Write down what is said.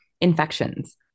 infections